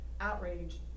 outrage